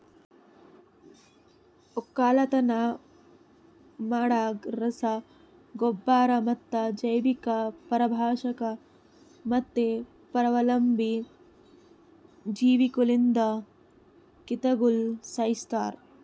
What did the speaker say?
ಒಕ್ಕಲತನ ಮಾಡಾಗ್ ರಸ ಗೊಬ್ಬರ ಮತ್ತ ಜೈವಿಕ, ಪರಭಕ್ಷಕ ಮತ್ತ ಪರಾವಲಂಬಿ ಜೀವಿಗೊಳ್ಲಿಂದ್ ಕೀಟಗೊಳ್ ಸೈಸ್ತಾರ್